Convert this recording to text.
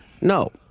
No